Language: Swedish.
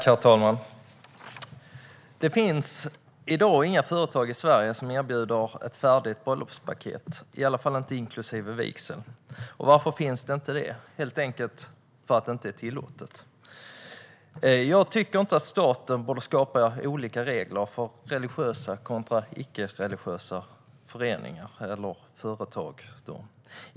Herr talman! Det finns i dag inga företag i Sverige som erbjuder ett färdigt bröllopspaket, i alla fall inte inklusive vigsel. Och varför finns det inte det? Jo, helt enkelt för att det inte är tillåtet. Jag tycker inte att staten borde ha olika regler för religiösa kontra icke-religiösa föreningar eller företag.